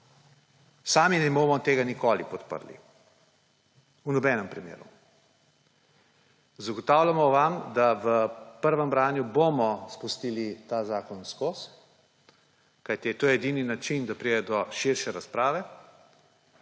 Sami ne bomo tega nikoli podprli v nobenem primeru. Zagotavljamo vam, da bomo v prvem branju spustili ta zakon skozi, kajti to je edini način, da pride do širše razprave,